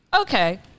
Okay